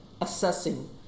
assessing